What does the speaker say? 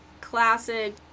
classic